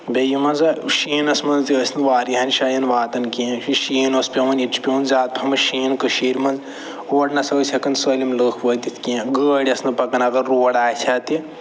بیٚیہِ یِم منٛزٕ شیٖنَس منٛز تہِ ٲسۍ نہٕ واریاہَن جایَن واتان کیٚنہہ یُتھٕے شیٖن اوس پٮ۪وان ییٚتہِ چھِ پٮ۪وان زیادٕ پہمتھ شیٖن کٔشیٖرِ منٛز اور نہ سہ ٲسۍ ہٮ۪کان سٲلِم لُکھ وٲتِتھ کیٚنہہ گٲڑۍ ٲسۍ نہٕ پکان اگر روڈ آسہِ ہہ تہِ